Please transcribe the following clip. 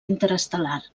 interestel·lar